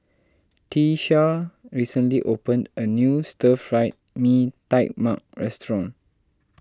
Tiesha recently opened a new Stir Fried Mee Tai Mak Restaurant